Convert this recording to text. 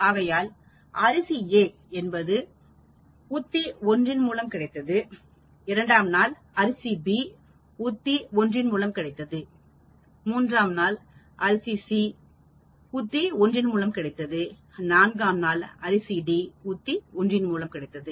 ஆகையால் அரிசி A என்பது உத்தி ஒன்றின் மூலம் கிடைத்தது இரண்டாம் நாள் அரிசி B உத்தி ஒன்றின் மூலம் கிடைத்தது மூன்றாம் நாள் அரிசி C புத்தி ஒன்று வழியாக கிடைத்தது நான்காம் நாள் அரிசிD உத்தி ஒன்றின் மூலம் கிடைத்தது